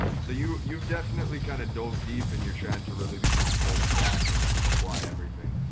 so you you've definitely kind of dove deep and you're trying to really become full stack and apply everything.